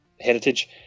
heritage